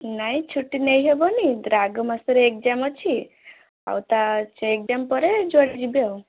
ନାଇଁ ଛୁଟି ନେଇ ହେବନି ତାର ଆଗ ମାସରେ ଏକ୍ଜାମ୍ ଅଛି ଆଉ ତା ସେ ଏକ୍ଜାମ୍ ପରେ ଯୁଆଡ଼େ ଯିବେ ଆଉ